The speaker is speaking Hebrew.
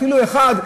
אפילו לא אחד,